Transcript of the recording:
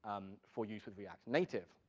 um for use with react native.